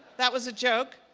that was a joke.